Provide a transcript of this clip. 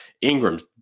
Ingram's